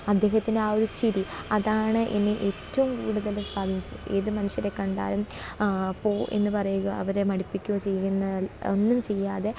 അദ്ദേഹത്തിന്റെ ആ ഒരു ചിരി അതാണ് എന്നെ ഏറ്റവും കൂടുതൽ സ്വാധീനിച്ചത് ഏതു മനുഷ്യരെ കണ്ടാലും പോ എന്നു പറയുക അവരെ മടുപ്പിക്കുകയോ ചെയ്യുന്ന ഒന്നും ചെയ്യാതെ